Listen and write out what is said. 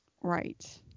Right